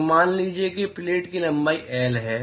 तो मान लीजिए कि प्लेट की लंबाई L है